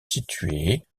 situé